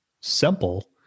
simple